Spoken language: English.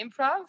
improv